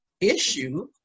issue